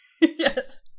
Yes